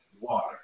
water